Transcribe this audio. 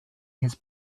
his